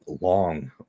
long